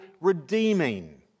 redeeming